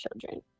children